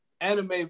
anime